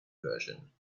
version